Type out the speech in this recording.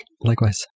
Likewise